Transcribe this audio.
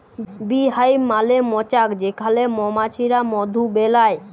bee hive মালে মচাক যেখালে মমাছিরা মধু বেলায়